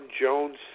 Jones